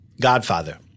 Godfather